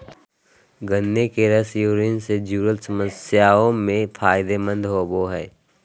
गन्ने के रस यूरिन से जूरल समस्याओं में फायदे मंद होवो हइ